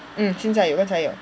mm 现在有刚才有